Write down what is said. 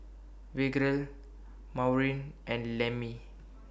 Virgle Maureen and Lemmie